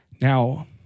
Now